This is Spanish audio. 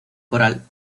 coral